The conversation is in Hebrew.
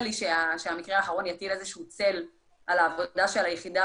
לי שהמקרה האחרון יטיל איזשהו צל על העבודה של היחידה